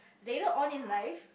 later on in life